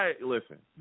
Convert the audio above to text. Listen